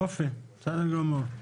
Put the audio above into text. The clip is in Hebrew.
יופי, בסדר גמור.